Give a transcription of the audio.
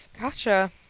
Gotcha